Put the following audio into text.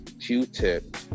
Q-Tip